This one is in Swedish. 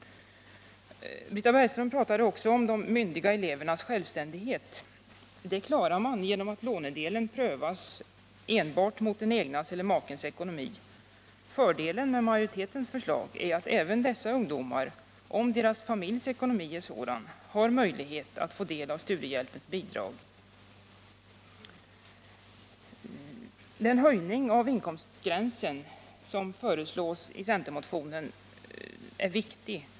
Britta Bergström pratade också om de myndiga elevernas självständighet. Det klarar man genom att lånedelen prövas enbart mot den egna eller makens ekonomi. Fördelen med majoritetens förslag är att även dessa ungdomar, om deras familjs ekonomi är sådan, har möjlighet att få del av siudiehjälpsbidrag. Den höjning av inkomstgränser som föreslås i centermotionen är viktig.